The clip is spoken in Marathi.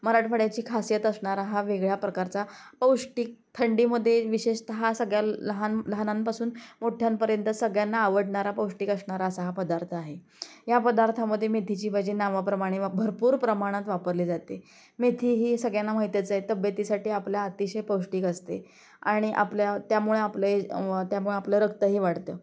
मराठवाड्याची खासियत असणारा हा वेगळ्या प्रकारचा पौष्टिक थंडीमध्ये विशेषत हा सगळ्या लहान लहानांपासून मोठ्यांपर्यंत सगळ्यांना आवडणारा पौष्टिक असणारा असा हा पदार्थ आहे या पदार्थामध्ये मेथीची भाजी नावाप्रमाणे भरपूर प्रमाणात वापरली जाते मेथी ही सगळ्यांना माहितचं आहे तब्बेतीसाठी आपल्या अतिशय पौष्टिक असते आणि आपल्या त्यामुळे आपले त्यामुळे आपलं रक्तही वाढतं